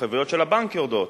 וההתחייבויות של הבנק יורדות,